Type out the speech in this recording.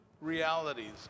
realities